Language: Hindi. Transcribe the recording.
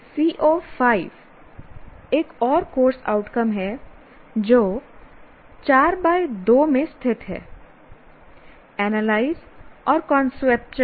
CO 5 एक और कोर्स आउटकम है जो 4 2 में स्थित है एनालाइज और कांसेप्चुअल